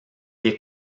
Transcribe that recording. est